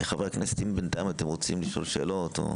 חברי הכנסת, אם בינתיים אתם רוצים לשאול שאלות.